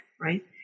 right